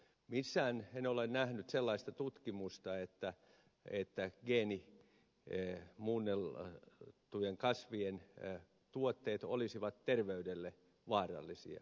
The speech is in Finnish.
missään en ole nähnyt sellaista tutkimusta että geenimuunneltujen kasvien tuotteet olisivat terveydelle vaarallisia